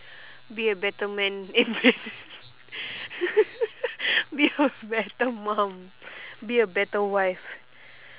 be a better man eh be a better mum be a better wife